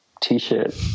T-shirt